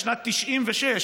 בשנת 1996,